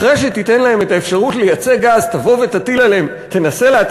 אחרי שתיתן להם את האפשרות לייצא גז תנסה להטיל עליהם מסים?